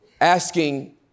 asking